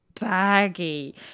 baggy